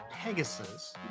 Pegasus